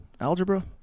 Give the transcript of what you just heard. algebra